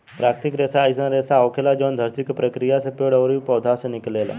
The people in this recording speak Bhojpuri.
प्राकृतिक रेसा अईसन रेसा होखेला जवन धरती के प्रक्रिया से पेड़ ओरी पौधा से निकलेला